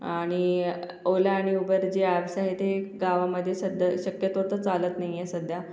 आणि ओला आणि उबर ज्या असं आहे ते गावामध्ये सध्या शक्यतो तर चालत नाही आहे सध्या